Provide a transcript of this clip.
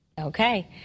Okay